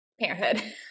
parenthood